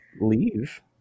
leave